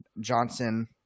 Johnson